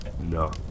No